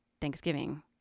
Thanksgiving